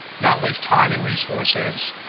not waste time and resources,